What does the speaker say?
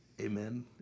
Amen